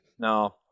No